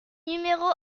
numéro